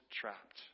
trapped